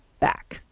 back